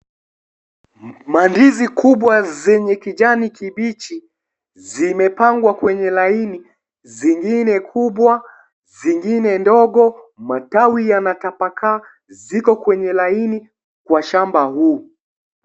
Mandizi kubwa zenye kijani kibichi zimepangwa kwenye laini, zingine kubwa, zingine ndogo, matawi yanatapakaa, ziko kwenye laini, kwa shamba huu.